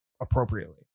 appropriately